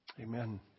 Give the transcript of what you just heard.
Amen